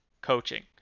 coaching